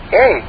Hey